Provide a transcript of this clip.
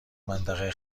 منطقه